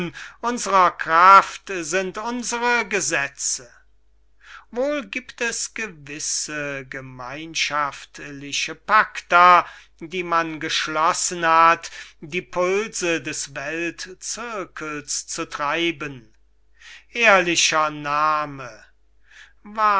unserer kraft sind unsere gesetze wohl gibt es gewisse gemeinschaftliche pakta die man geschlossen hat die pulse des weltcirkels zu treiben ehrlicher name